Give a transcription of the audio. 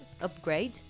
upgrade